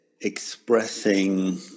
expressing